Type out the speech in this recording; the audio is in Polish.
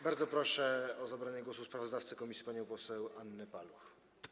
Bardzo proszę o zabranie głosu sprawozdawcę komisji panią poseł Annę Paluch.